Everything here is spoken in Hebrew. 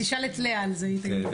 תשאל את לאה על זה, היא תגיד לך.